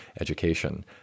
education